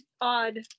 odd